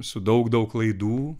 su daug daug klaidų